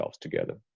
together